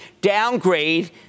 downgrade